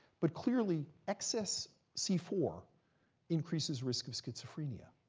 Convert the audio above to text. but clearly, excess c four increases risk of schizophrenia.